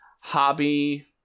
hobby